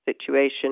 situation